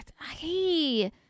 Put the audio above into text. Hey